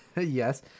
Yes